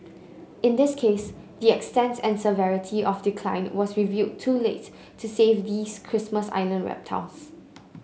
in this case the extent and severity of decline was revealed too late to save these Christmas Island reptiles